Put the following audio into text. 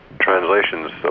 translations